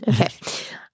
Okay